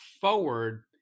forward